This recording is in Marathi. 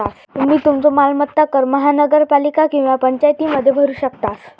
तुम्ही तुमचो मालमत्ता कर महानगरपालिका किंवा पंचायतीमध्ये भरू शकतास